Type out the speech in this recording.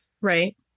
Right